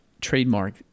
trademark